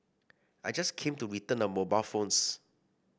I just came to return a mobile phones